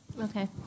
okay